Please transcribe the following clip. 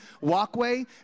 walkway